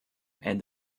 and